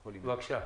בבקשה.